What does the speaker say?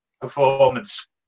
performance